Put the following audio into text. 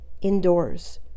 indoors